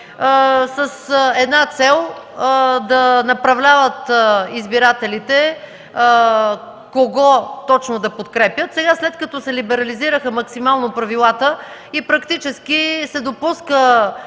с една цел – да направляват избирателите, кого точно да подкрепят. След като сега се либерализираха максимално правилата и практически се допуска